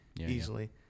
Easily